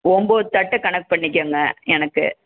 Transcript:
ஒம்பது தட்டு கணக்கு பண்ணிக்கங்க எனக்கு